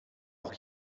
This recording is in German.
auch